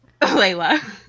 Layla